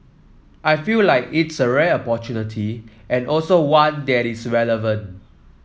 I feel like it's a rare opportunity and also one that is relevant